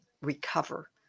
recover